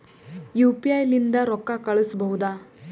UPI ಲಿಂದ ರೊಕ್ಕ ಕಳಿಸಬಹುದಾ?